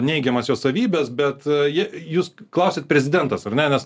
neigiamas jo savybes bet jei jūs klausiat prezidentas ar ne nes